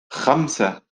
خمسة